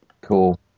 Cool